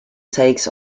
takes